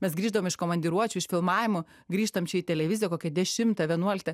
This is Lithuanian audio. mes grįždavom iš komandiruočių iš filmavimų grįžtam čia į televiziją kokią dešimtą vienuoliktą